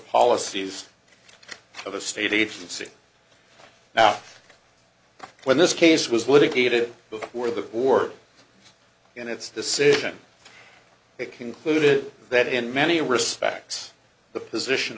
policies of the state agency now when this case was litigated before the war and its decision it concluded that in many respects the position